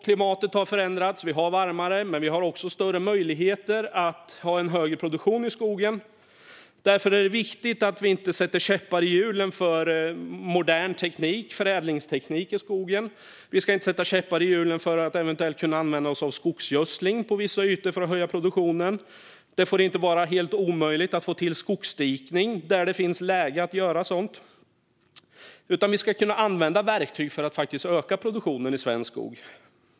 Klimatet har förändrats och blir varmare, men vi har också större möjligheter att ha hög produktion i skogen. Därför är det viktigt att vi inte sätter käppar i hjulen för modern teknik, förädlingsteknik, i skogen. Vi ska inte sätta käppar i hjulen för att eventuellt använda skogsgödsling på vissa ytor för att höja produktionen. Det får inte vara helt omöjligt att få till skogsdikning där det är möjligt att göra sådan. Vi ska kunna använda verktyg för att öka produktionen i svensk skog.